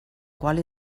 qual